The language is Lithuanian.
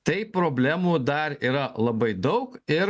tai problemų dar yra labai daug ir